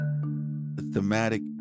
thematic